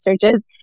searches